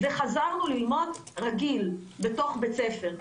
חזרנו ללמוד רגיל בתוך בית ספר.